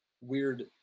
weird